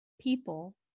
people